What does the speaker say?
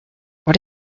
what